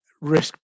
risk